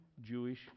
Jewish